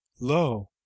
lo